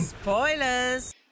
Spoilers